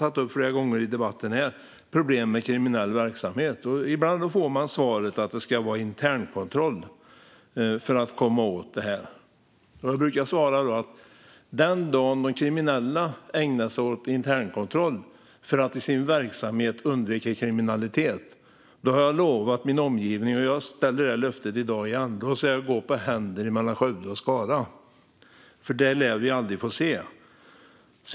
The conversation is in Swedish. Det är något som jag har tagit upp flera gånger i debatter här. Ibland får man svaret att det är internkontroll som ska komma åt detta. Då brukar jag svara att den dagen de kriminella ägnar sig åt internkontroll för att undvika kriminalitet i sin verksamhet lovar jag att gå på händer mellan Skövde och Skara. Det löftet ställer jag ut här i dag också, för det lär vi aldrig få se.